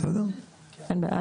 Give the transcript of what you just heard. אין בעיה.